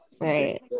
Right